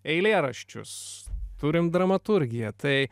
eilėraščius turime dramaturgiją tai